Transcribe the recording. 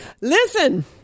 listen